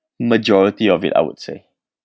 majority of it I would say